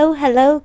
hello